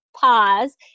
Pause